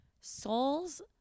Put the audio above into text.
souls